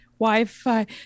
Wi-Fi